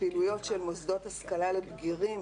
ופעילויות שהן מוסדות השכלה לבגירים,